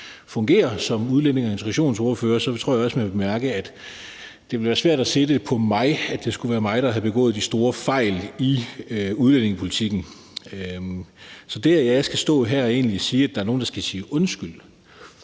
som udlændinge- og integrationsordfører, tror jeg også, at man vil bemærke, at det vil være svært at sige, at det skulle være mig, der har begået de store fejl i udlændingepolitikken. Så hvis jeg skal stå her og sige, at der er nogen, der skal sige undskyld,